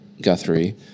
Guthrie